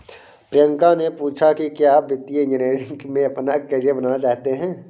प्रियंका ने पूछा कि क्या आप वित्तीय इंजीनियरिंग में अपना कैरियर बनाना चाहते हैं?